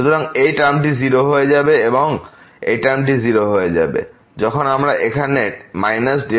সুতরাং এই টার্মটি 0 এ যাবে এবং এই টার্মটি 0 এ যাবে এবং যখন আমরা এখানে Δy3Δy2পাব যা হবে Δy